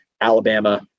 Alabama